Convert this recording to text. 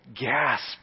gasp